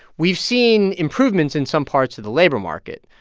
we've seen improvements in some parts of the labor market.